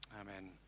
Amen